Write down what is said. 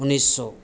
उन्नीस सौ